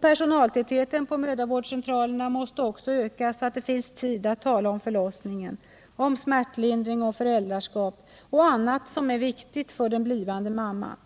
Personaltätheten på mödravårdscentralerna måste också ökas, så att det finns tid att tala om förlossningen, om smärtlindring och föräldraskap och annat som är viktigt för den blivande mamman.